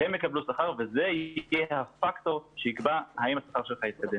שהם יקבלו שכר וזה יהיה הפקטור שיקבע האם השכר שלך יגדל,